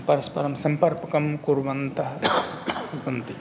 परस्परं सम्पर्कं कुर्वन्तः सन्ति